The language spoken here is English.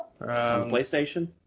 PlayStation